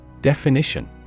Definition